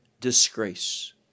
disgrace